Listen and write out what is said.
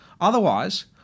Otherwise